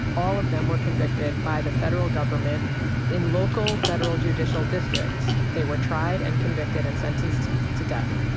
all of them were convicted by the federal government in local federal judicial districts. they were tried, and convicted, and sentenced to death.